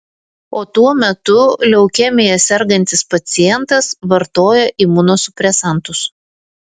o tuo metu leukemija sergantis pacientas vartoja imunosupresantus